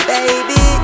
Baby